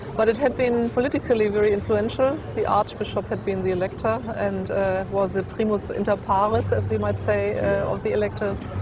but it had been politically very influential. the archbishop had been the elector and was the primus inter parus as we might say of the electors.